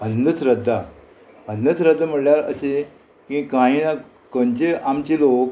अंधश्रद्धा अन्नश्रद्धा म्हणल्यार अशें की कांय ना खंयचे आमचे लोक